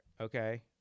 okay